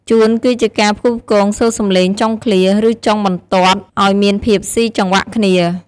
ជួន គឺជាការផ្គូផ្គងសូរសំឡេងចុងឃ្លា ឬចុងបន្ទាត់ឱ្យមានភាពស៊ីចង្វាក់គ្នា។